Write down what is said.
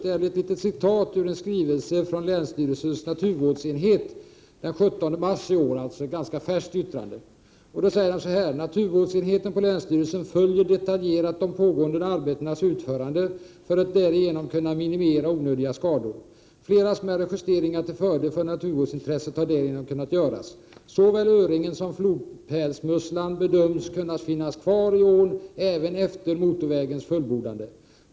Det är ett citat ur en skrivelse från länsstyrelsens naturvårdsenhet den 17 mars i år, alltså ett ganska färskt yttrande: ”Naturvårdsenheten på länsstyrelsen följer detaljerat de pågående arbetenas uförande för att därigenom kunna minimera onödiga skador. Flera smärre justeringar till fördel för naturvårdsintresset har därigenom kunnat göras. Såväl öringen som flodpärlemusslan bedöms kunna finnas kvar i ån även efter motorvägens fullbordande.